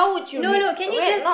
no no can you just